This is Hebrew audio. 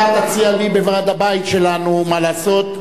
אתה תציע לי בוועד הבית שלנו מה לעשות,